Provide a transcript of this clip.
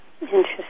Interesting